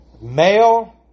Male